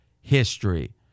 history